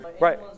Right